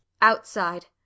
Outside